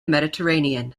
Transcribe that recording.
mediterranean